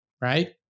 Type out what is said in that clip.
right